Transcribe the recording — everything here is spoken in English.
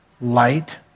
light